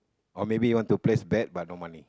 or maybe he want to place bet but no money